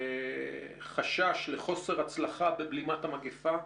חשש לחוסר הצלחה בבלימת המגיפה,